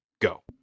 go